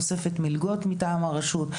תוספת מלגות מטעם הרשות,